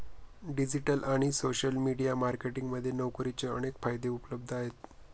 digital आणि social media marketing मध्ये नोकरीचे अनेक पर्याय उपलब्ध आहेत